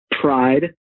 pride